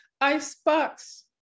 icebox